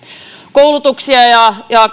koulutuksia ja ja